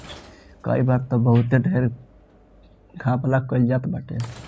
कई बार तअ बहुते ढेर घपला कईल जात बाटे